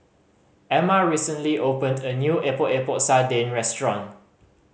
Emma recently opened a new Epok Epok Sardin restaurant